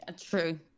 True